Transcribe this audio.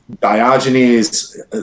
Diogenes